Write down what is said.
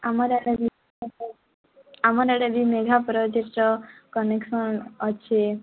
ଆମର ଆମର ଆଡ଼େ ବି ମେଘା ପର ଧିସ କନେକ୍ସନ୍ ଅଛି